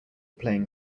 playing